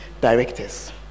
directors